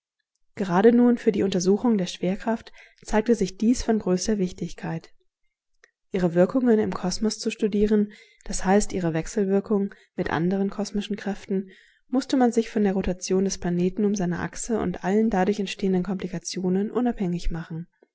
gerade nun für die untersuchung der schwerkraft zeigte sich dies von größter wichtigkeit ihre wirkungen im kosmos zu studieren das heißt ihre wechselwirkung mit andern kosmischen kräften mußte man sich von der rotation des planeten um seine achse und allen dadurch entstehenden komplikationen unabhängig machen